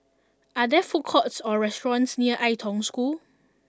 are there food courts or restaurants near Ai Tong School